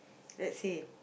let's see